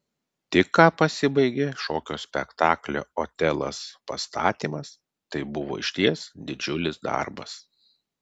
tik ką pasibaigė šokio spektaklio otelas pastatymas tai buvo išties didžiulis darbas